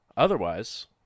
Otherwise